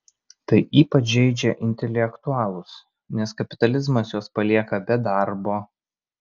tai ypač žeidžia intelektualus nes kapitalizmas juos palieka be darbo